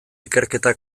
ikerketa